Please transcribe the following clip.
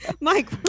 Mike